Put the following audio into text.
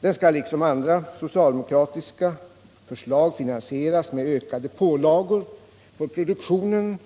Den skall liksom andra socialdemokratiska förslag finansieras med ökade pålagor på produktionen,